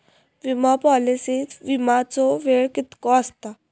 विमा पॉलिसीत विमाचो वेळ कीतको आसता?